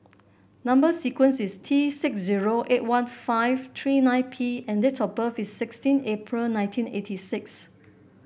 number sequence is T six zero eight one five three nine P and date of birth is sixteen April nineteen eighty six